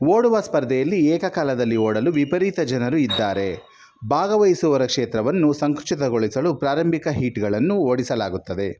ಓಡುವ ಸ್ಪರ್ಧೆಯಲ್ಲಿ ಏಕಕಾಲದಲ್ಲಿ ಓಡಲು ವಿಪರೀತ ಜನರು ಇದ್ದಾರೆ ಭಾಗವಹಿಸುವವರ ಕ್ಷೇತ್ರವನ್ನು ಸಂಕುಚಿತಗೊಳಿಸಲು ಪ್ರಾರಂಭಿಕ ಹೀಟ್ಗಳನ್ನು ಓಡಿಸಲಾಗುತ್ತದೆ